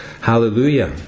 hallelujah